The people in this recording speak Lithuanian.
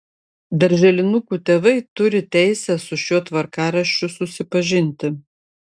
darželinukų tėvai turi teisę su šiuo tvarkaraščiu susipažinti